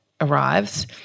arrives